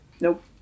Nope